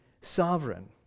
sovereign